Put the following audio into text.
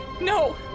no